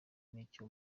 nicyo